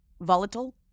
volatile